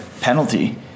penalty